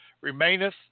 remaineth